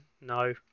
No